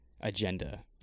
agenda